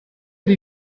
die